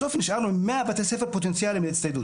בסוף נשארנו עם 100 בתי ספר פוטנציאליים להצטיידות.